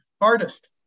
Artist